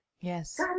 Yes